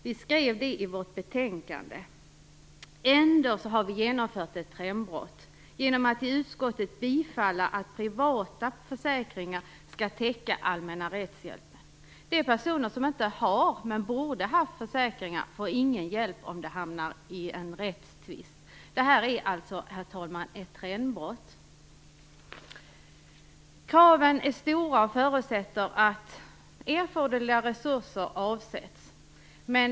Vi skrev det i vårt betänkande. Ändå har vi genomfört ett trendbrott genom att i utskottet bifalla förslaget att privata försäkringar skall täcka allmänna rättshjälpen. De personer som inte har men borde ha haft försäkringar får ingen hjälp om de hamnar i en rättstvist. Detta är, herr talman, ett trendbrott. Kraven är stora och förutsätter att erforderliga resurser avsätts.